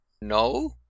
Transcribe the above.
No